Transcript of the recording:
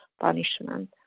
punishment